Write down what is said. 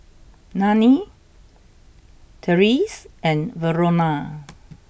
Nanie Tyrese and Verona